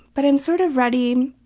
but i'm sort of ready,